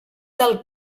del